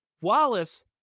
Wallace